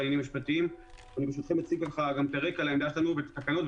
אציג את הרקע לעמדה שלנו והתקנות,